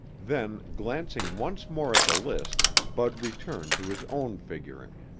then glancing once more at the list, bud returned to his own figuring.